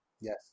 Yes